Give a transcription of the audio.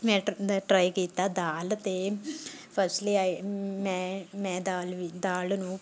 ਮੈਂ ਟਰ the try ਕੀਤਾ ਦਾਲ ਅਤੇ ਫਸਟਲੀ ਆਈ ਮੈਂ ਮੈਂ ਦਾਲ ਵੀ ਦਾਲ ਨੂੰ